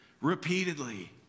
repeatedly